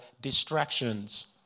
distractions